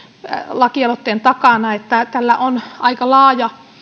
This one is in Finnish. lakialoitteen takana että tällä on aika laaja